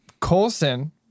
Coulson